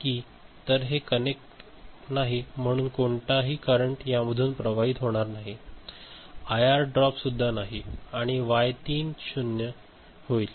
की तर हे कनेक्ट नाही म्हणून कोणताही करंट यामधून प्रवाहित होणार नाही आयआर ड्रॉप सुद्धा नाही आणि वाय3 0 होईल